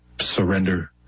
surrender